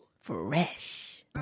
Fresh